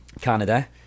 Canada